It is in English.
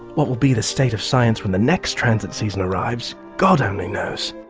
what will be the state of science when the next transit season arrives, god only knows.